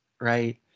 right